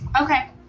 Okay